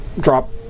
drop